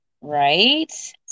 Right